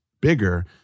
bigger